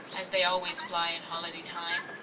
as they always fly in holiday time,